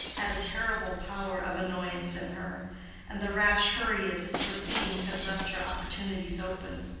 had a terrible power of annoyance in her and the rash hurry of his proceedings had left her opportunities open.